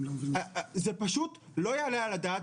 שזה כולל גם את העירייה עצמה,